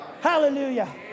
Hallelujah